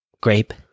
Grape